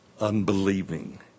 unbelieving